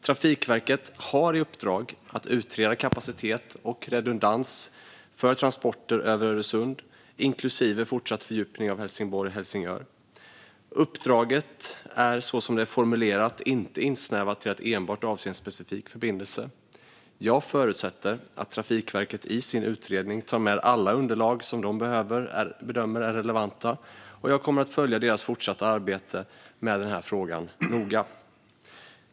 Trafikverket har i uppdrag att utreda kapacitet och redundans för transporter över Öresund, inklusive fortsatt fördjupning av Helsingborg-Helsingör. Uppdraget är, som det är formulerat, inte insnävat till att avse enbart en specifik förbindelse. Jag förutsätter att Trafikverket i sin utredning tar med alla underlag som de bedömer är relevanta. Jag kommer att noga följa deras fortsatta arbete med frågan.